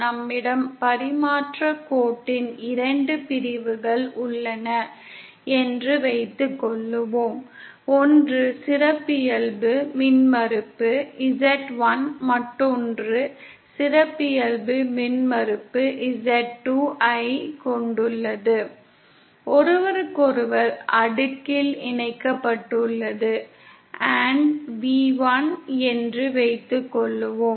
நம்மிடம் பரிமாற்றக் கோட்டின் 2 பிரிவுகள் உள்ளன என்று வைத்துக்கொள்வோம் ஒன்று சிறப்பியல்பு மின்மறுப்பு z1 மற்றொன்று சிறப்பியல்பு மின்மறுப்பு z2 ஐக் கொண்டுள்ளது ஒன்றுக்கொன்று அடுக்கில் இணைக்கப்பட்டுள்ளது v1 என்று வைத்துக்கொள்வோம்